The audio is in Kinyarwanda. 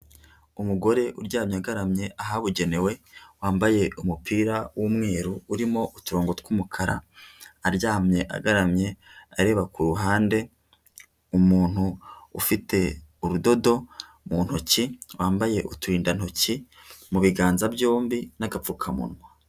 Umugore uryamye agaramye ahabugenewe wambaye umupira w'umweru urimo uturongo twumukara aryamye agaramye areba ku ruhande, umuntu ufite urudodo mu ntoki wambaye uturindantoki mu biganza byombi n'agapfukamunwa.